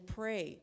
pray